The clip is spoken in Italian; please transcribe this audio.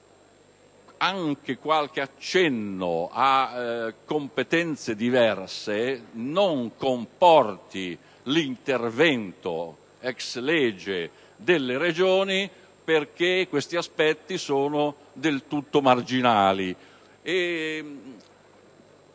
Stato, qualche accenno a competenze diverse non comporti l'intervento *ex lege* delle Regioni, perché questi aspetti sono del tutto marginali